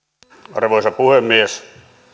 arvoisa puhemies